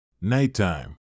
Nighttime